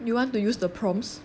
you want to use the prompts